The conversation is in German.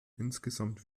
insgesamt